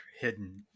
hidden